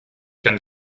can